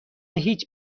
هیچ